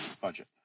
budget